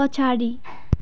पछाडि